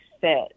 sit